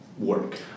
work